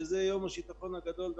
יום השיטפון הגדול,